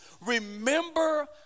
remember